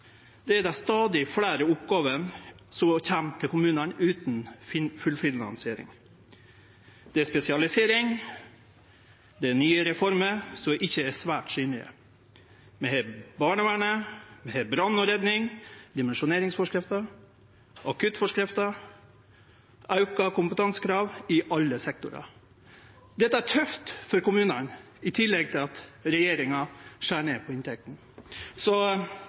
fram, er dei stadig fleire oppgåvene som kjem til kommunane utan fullfinansiering. Det er spesialisering, og det er nye reformer som ikkje er svært synlege. Vi har barnevernet, vi har brann og redning, dimensjoneringsforskrifta, akuttforskrifta og auka kompetansekrav i alle sektorar. Dette er tøft for kommunane, i tillegg til at regjeringa skjer ned på inntektene.